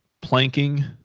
planking